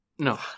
No